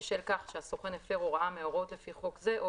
בשל כך שהסוכן הפר הוראה מההוראות לפי חוק זה או